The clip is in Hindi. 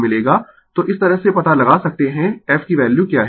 तो इस तरह से पता लगा सकते है f की वैल्यू क्या है